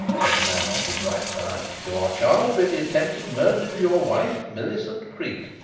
said the man on his right side. you are charged with the attempted murder of your wife, millicent creake.